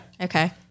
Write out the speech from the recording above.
Okay